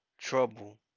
trouble